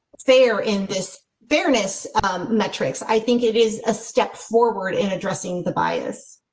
fair in this fairness metrics i think it is a step forward in addressing the bias.